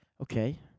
Okay